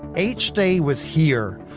h day was here.